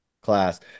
class